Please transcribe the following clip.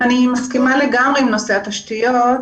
אני מסכימה לגמרי עם נושא התשתיות.